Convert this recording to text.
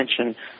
attention